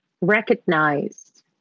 recognized